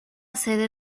sede